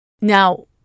now